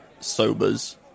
sobers